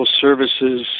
services